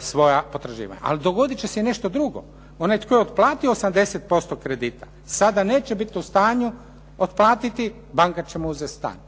svoja potraživanja. Ali dogoditi će se i nešto drugo. Onaj tko je otplatio 80% kredita sada neće biti u stanju otplatiti, banka će mu uzeti stan